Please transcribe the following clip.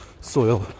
soil